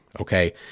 Okay